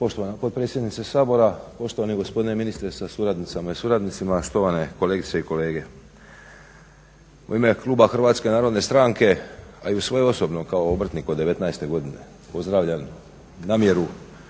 Poštovana potpredsjednice Sabora, poštovani gospodine ministre sa suradnicama i suradnicima, štovane kolegice i kolege. U ime kluba HNS-a, a i u svoje osobno kao obrtnik od 19. godine pozdravljam namjeru